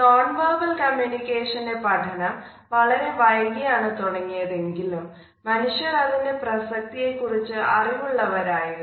non verbal കമ്മ്യൂണിക്കേഷന്റെ പഠനം വളരെ വൈകിയാണ് തുടങ്ങിയത് എങ്കിലും മനുഷ്യർ അതിൻറെ പ്രസക്തിയെക്കുറിച്ച് അറിവുള്ളവർ ആയിരുന്നു